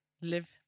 Live